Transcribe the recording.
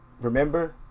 Remember